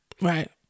right